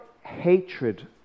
hatred